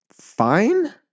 fine